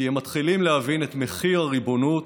כי הם מתחילים להבין את מחיר הריבונות